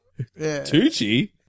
Tucci